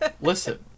Listen